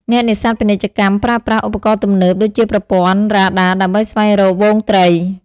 អ្នកនេសាទពាណិជ្ជកម្មប្រើប្រាស់ ឧបករណ៍ទំនើប ដូចជាប្រព័ន្ធរ៉ាដាដើម្បីស្វែងរកហ្វូងត្រី។